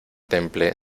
temple